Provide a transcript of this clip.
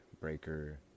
Breaker